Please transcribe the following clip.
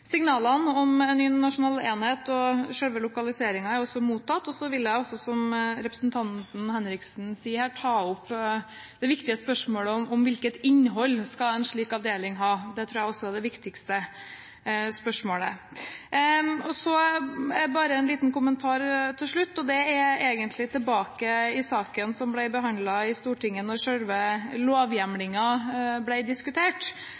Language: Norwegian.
Signalene om en ny nasjonal enhet og selve lokaliseringen er også mottatt. Så vil jeg, som representanten Henriksen, ta opp det viktige spørsmålet om hvilket innhold en slik avdeling skal ha. Det tror jeg også er det viktigste spørsmålet. Så bare en liten kommentar til slutt, og det er egentlig tilbake til saken som ble behandlet i Stortinget da selve lovhjemlingen ble diskutert.